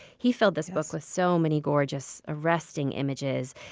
he filled this book with so many gorgeous, arresting images.